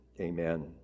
Amen